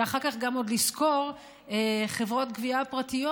ואחר כך גם עוד לשכור חברות גבייה פרטיות